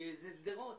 זה שדרות.